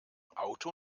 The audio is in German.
auto